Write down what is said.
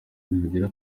nihagira